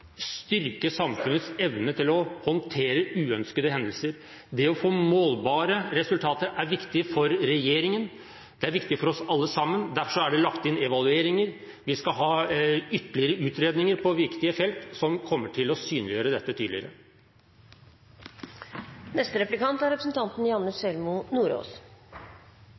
styrke samfunnets evne til å håndtere uønskede hendelser. Å få målbare resultater er viktig for regjeringen og oss alle sammen. Derfor er det lagt inn evalueringer, og vi skal ha ytterligere utredninger på viktige felt, som kommer til å synliggjøre dette tydeligere. Responstid er